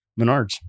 Menards